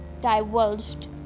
divulged